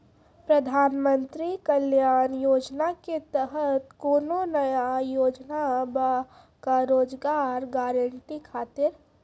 प्रधानमंत्री कल्याण योजना के तहत कोनो नया योजना बा का रोजगार गारंटी खातिर?